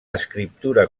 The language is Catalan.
escriptura